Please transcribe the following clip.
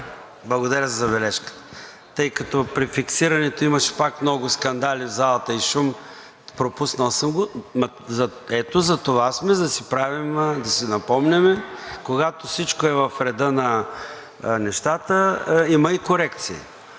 Благодаря за забележката. Тъй като при фиксирането имаше пак много скандали и шум в залата, пропуснал съм го. Но ето за това сме – да си напомняме. Когато всичко е в реда на нещата, има и корекции.